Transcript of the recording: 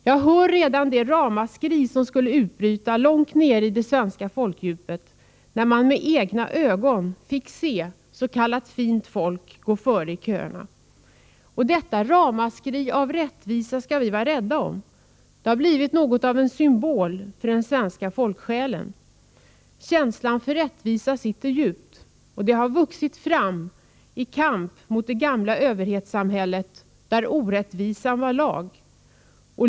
Jag hör redan det ramaskri som skulle utbryta långt nere i det svenska folkdjupet, när man med egna ögon fick se s.k. fint folk gå före i köerna. Och detta ramaskri av rättvisa skall vi vara rädda om. Det har blivit något av en symbol för den svenska folksjälen. Känslan för rättvisa sitter djupt. Den har vuxit fram i kamp mot det gamla överhetssamhället, där orättvisan var lag.